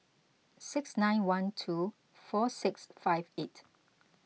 six nine one two four six five eight